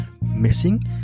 Missing